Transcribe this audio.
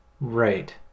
Right